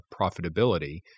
profitability